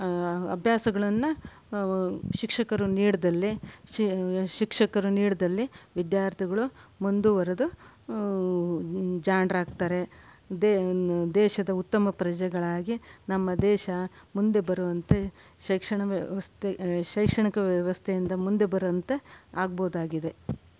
ಅಭ್ಯಾಸಗಳನ್ನು ಶಿಕ್ಷಕರು ನೀಡಿದಲ್ಲಿ ಶಿಕ್ಷಕರು ನೀಡಿದಲ್ಲಿ ವಿದ್ಯಾರ್ಥಿಗಳು ಮುಂದುವರಿದು ಜಾಣರಾಗ್ತಾರೆ ದೇ ದೇಶದ ಉತ್ತಮ ಪ್ರಜೆಗಳಾಗಿ ನಮ್ಮ ದೇಶ ಮುಂದೆ ಬರುವಂತೆ ಶೈಕ್ಷಣ ವ್ಯವಸ್ಥೆ ಶೈಕ್ಷಣಿಕ ವ್ಯವಸ್ಥೆಯಿಂದ ಮುಂದೆ ಬರುವಂತೆ ಆಗ್ಬೋದಾಗಿದೆ